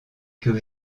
que